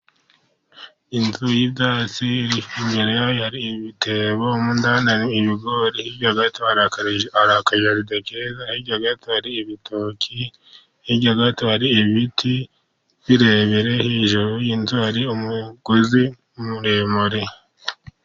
Inzu y'ibyatsi iri kunyerera hari ibitebo mo indani hari ibigori hirya gato hari ibitoki, hirya gato hari ibiti birebire . Hejuru y'inzu hari umugozi muremure.